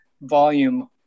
volume